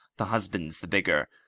the husband's the bigger.